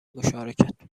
مشارکت